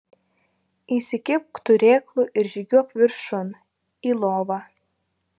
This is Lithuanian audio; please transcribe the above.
įsikibk turėklų ir žygiuok viršun į lovą